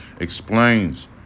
explains